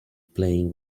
playing